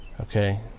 okay